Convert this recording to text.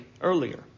earlier